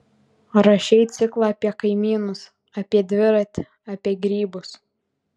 rašei ciklą apie kaimynus apie dviratį apie grybus